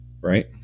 Right